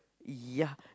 ya